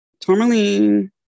Tourmaline